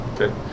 Okay